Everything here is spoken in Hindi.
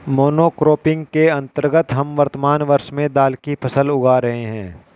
मोनोक्रॉपिंग के अंतर्गत हम वर्तमान वर्ष में दाल की फसल उगा रहे हैं